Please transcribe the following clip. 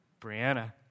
Brianna